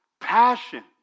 passion